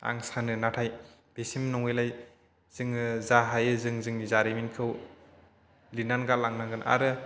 नाथाय बेसिम नङैलाय जोङो जा हायो जों जोंनि जारिमिनखौ लिरनानै गालांनांगोन आरो